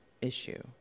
issue